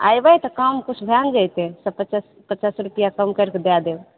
आइबै तऽ कम कुछ भै ने जेतै सए पचास पचास रुपैया कम करिकऽ दए देब